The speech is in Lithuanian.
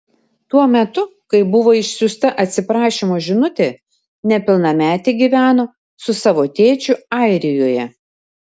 tuo metu kai buvo išsiųsta atsiprašymo žinutė nepilnametė gyveno su savo tėčiu airijoje